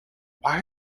why